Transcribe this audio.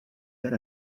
got